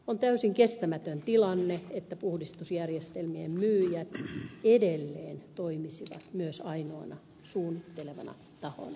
on täysin kestämätön tilanne että puhdistusjärjestelmien myyjät edelleen toimisivat myös ainoana suunnittelevana tahona